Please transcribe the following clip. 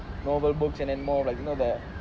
novel books and and more like you know the